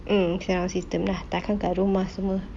mm surround system lah takkan kat rumah semua